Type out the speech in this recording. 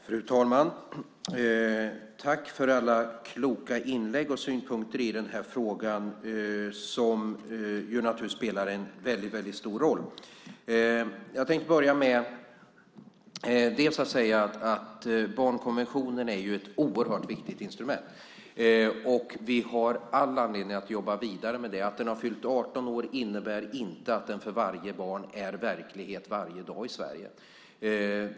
Fru talman! Tack för alla kloka inlägg och synpunkter i frågan, som ju naturligtvis spelar en stor roll. Barnkonventionen är ett oerhört viktigt instrument. Vi har all anledning att jobba vidare med det. Att den har fyllt 18 år innebär inte att den för varje barn är verklighet varje dag i Sverige.